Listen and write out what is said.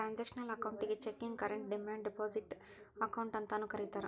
transactional ಅಕೌಂಟಿಗಿ checking current demand deposit account ಅಂತಾನೂ ಕರಿತಾರಾ